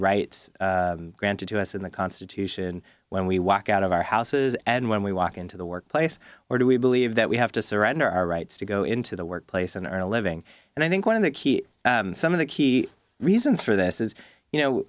rights granted to us in the constitution when we walk out of our houses and when we walk into the workplace or do we believe that we have to surrender our rights to go into the workplace and earn a living and i think one of the key some of the key reasons for this is you know